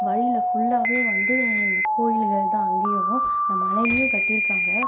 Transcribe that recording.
வழியில் ஃபுல்லாகவே வந்து இந்த கோயில்கள் தான் அங்கேயும் இந்த மலையிலையும் கட்டியிருக்காங்க